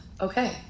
Okay